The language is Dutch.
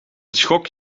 schok